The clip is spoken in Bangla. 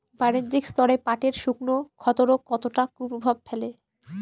বাণিজ্যিক স্তরে পাটের শুকনো ক্ষতরোগ কতটা কুপ্রভাব ফেলে?